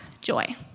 joy